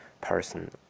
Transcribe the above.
person